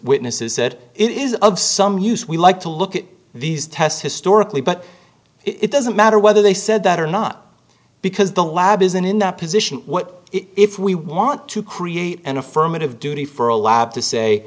witnesses said it is of some use we like to look at these tests historically but it doesn't matter whether they said that or not because the lab isn't in that position what if we want to create an affirmative duty for a lab to say